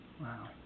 Wow